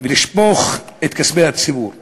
ולשפוך את כספי הציבור לריק.